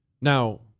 Now